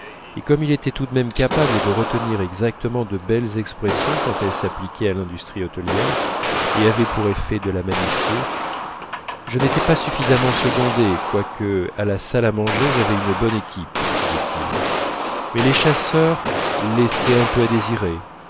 et comme il était tout de même capable de retenir exactement de belles expressions quand elles s'appliquaient à l'industrie hôtelière et avaient pour effet de la magnifier je n'étais pas suffisamment secondé quoique à la salle à manger j'avais une bonne équipe disait-il mais les chasseurs laissaient un peu à désirer